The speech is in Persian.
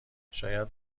شاید